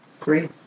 three